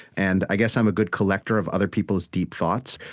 and i guess i'm a good collector of other people's deep thoughts.